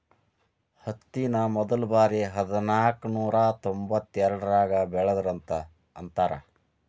ಹತ್ತಿನ ಮೊದಲಬಾರಿ ಹದನಾಕನೂರಾ ತೊಂಬತ್ತೆರಡರಾಗ ಬೆಳದರಂತ ಅಂತಾರ